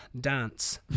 Dance